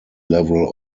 level